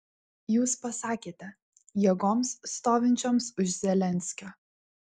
jūs pasakėte jėgoms stovinčioms už zelenskio